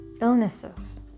illnesses